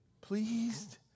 pleased